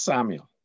Samuel